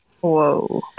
Whoa